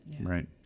Right